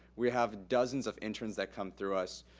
we have dozens of interns that come through us.